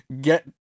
get